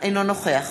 אינו נוכח